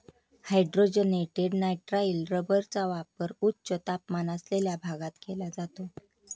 hydrogenated nitrile रबरचा वापर उच्च तापमान असलेल्या भागात केला जातो